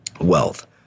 wealth